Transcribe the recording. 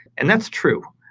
and that's true.